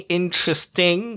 interesting